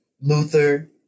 Luther